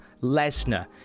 Lesnar